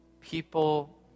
People